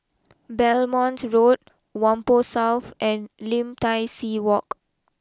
Belmont Road Whampoa South and Lim Tai see walk